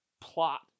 plot